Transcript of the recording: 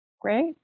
Great